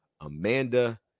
Amanda